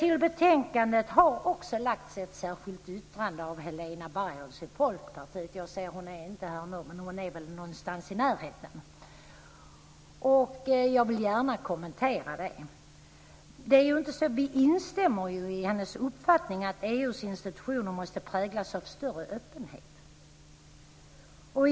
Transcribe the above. I betänkandet finns också ett särskilt yttrande av Helena Bargholtz, Folkpartiet. Hon är inte i kammaren just nu men hon finns väl någonstans i närheten. Jag vill gärna göra en kommentar. Vi instämmer i hennes uppfattning att EU:s institutioner måste präglas av större öppenhet.